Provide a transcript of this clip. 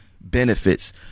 benefits